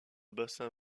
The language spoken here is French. bassin